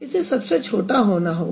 इसे सबसे छोटा होना होगा